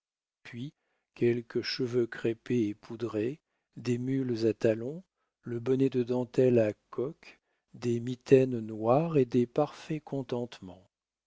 puis quelques cheveux crêpés et poudrés des mules à talons le bonnet de dentelles à coques des mitaines noires et des parfaits